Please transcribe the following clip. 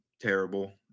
terrible